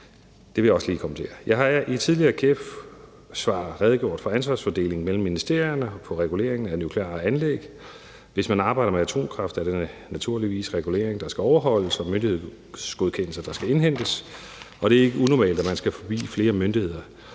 regler på området. Jeg har i et tidligere ministersvar redegjort for ansvarsfordelingen mellem ministerierne på reguleringen af nukleare anlæg. Hvis man arbejder med atomkraft, er der naturligvis regulering, der skal overholdes, og myndighedsgodkendelser, der skal indhentes, og det er ikke unormalt, at man skal forbi flere myndigheder.